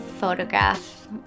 photograph